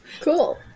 Cool